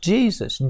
Jesus